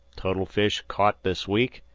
total fish caught this week,